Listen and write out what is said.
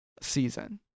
season